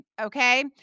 Okay